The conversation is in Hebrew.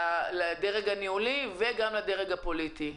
על החברות הממשלתיות.